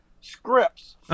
scripts